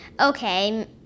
Okay